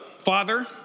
Father